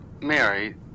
Mary